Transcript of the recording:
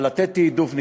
לתת תעדוף,